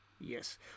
Yes